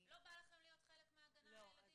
לא בא לכם להיות חלק מההגנה על הילדים?